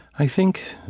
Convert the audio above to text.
i think